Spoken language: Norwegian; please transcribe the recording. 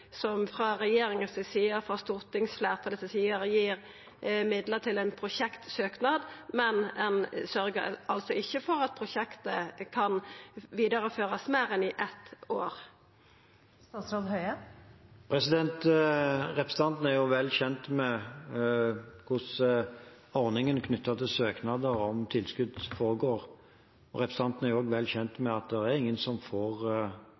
frå regjeringas side, frå stortingsfleirtalets side, gir midlar til ein prosjektsøknad, men ein sørgjer altså ikkje for at prosjektet kan vidareførast i meir enn eitt år. Representanten Toppe er vel kjent med hvordan ordningen knyttet til søknader om tilskudd foregår. Representanten er også vel kjent med at ingen får